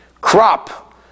crop